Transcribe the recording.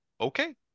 okay